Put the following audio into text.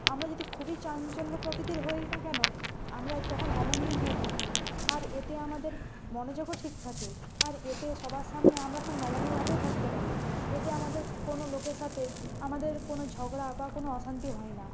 আমরা যদি খুবই চাঞ্চল্য প্রকৃতির হই না কেন আমরা তখন নমনীয় হয়ে থাকি আর এতে আমাদের মনোযোগও ঠিক থাকে আর এতে সবার সামনে আমরা খুব নমনীয় ভাবেও থাকতে পারি এতে আমাদের কোন লোকের সাথে আমাদের কোন ঝগড়া বা কোন অশান্তি হয় না